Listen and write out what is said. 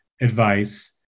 advice